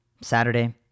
Saturday